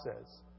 says